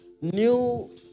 new